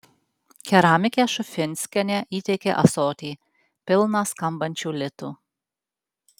keramikė šufinskienė įteikė ąsotį pilną skambančių litų